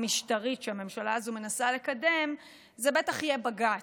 המשטרית שהממשלה הזו מנסה לקדם, זה בטח יהיה בג"ץ,